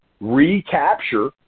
recapture